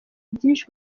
byinshi